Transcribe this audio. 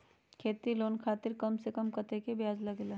खेती लोन खातीर कम से कम कतेक ब्याज लगेला?